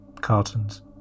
cartons